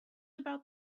about